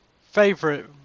favorite